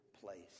place